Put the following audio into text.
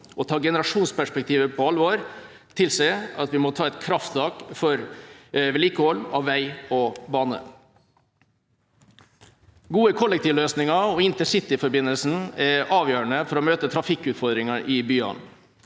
andre dag 2013 alvor tilsier at vi må ta et krafttak for vedlikehold av vei og bane. Gode kollektivløsninger og intercityforbindelsen er avgjørende for å møte trafikkutfordringene i byene.